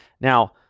Now